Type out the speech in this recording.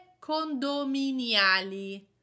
condominiali